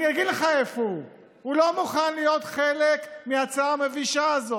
אני אגיד לך איפה הוא: הוא לא מוכן להיות חלק מההצעה המבישה הזאת,